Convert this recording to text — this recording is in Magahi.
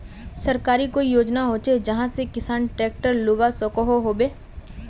सरकारी कोई योजना होचे जहा से किसान ट्रैक्टर लुबा सकोहो होबे?